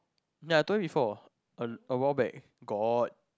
ya I told you before a a while back got